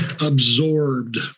absorbed